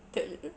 tell you